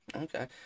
Okay